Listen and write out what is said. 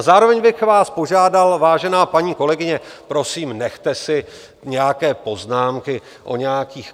Zároveň bych vás požádal, vážená paní kolegyně, prosím, nechte si nějaké poznámky o nějakých kauzách.